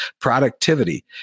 productivity